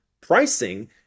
pricing